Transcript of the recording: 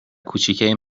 کوچیکه